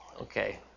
Okay